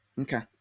okay